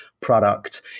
product